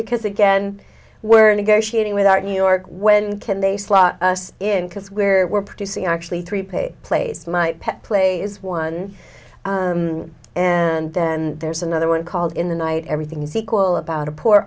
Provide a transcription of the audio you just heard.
because again we're negotiating with our new york when can they slot us in because we're we're producing actually three page plays my pet play is one and then there's another one called in the night everything is equal about a poor